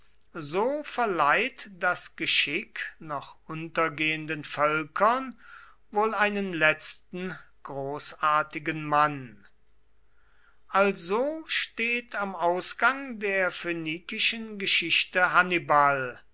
so verleiht das geschick noch untergehenden völkern wohl einen letzten großartigen mann also steht am ausgang der phönikischen geschichte hannibal